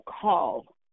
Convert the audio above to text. call